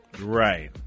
Right